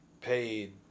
paid